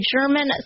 German